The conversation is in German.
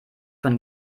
von